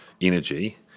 energy